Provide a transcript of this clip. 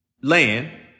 land